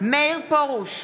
מאיר פרוש,